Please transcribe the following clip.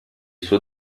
suo